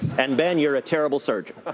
and ben, you're a terrible surgeon.